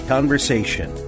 Conversation